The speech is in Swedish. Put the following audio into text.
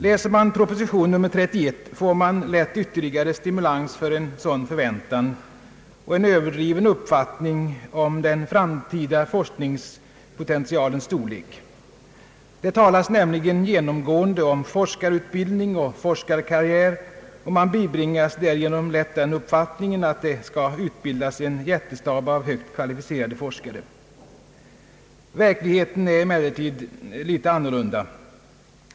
Läser man proposition nr 31 får man lätt ytterligare stimulans för en sådan förväntan och en överdriven uppfattning om den framtida forskningspotentialens storlek. Det talas nämligen genomgående om forskarutbildning och forskarkarriär, och man bibringas därigenom lätt den uppfattningen att det skall utbildas en jättestab av högt kvalificerade forskare. Verkligheten är emellertid litet annorlunda.